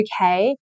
okay